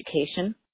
education